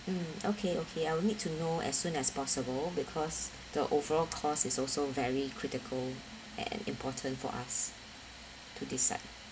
mm okay okay I will need to know as soon as possible because the overall cost is also very critical and important for us to decide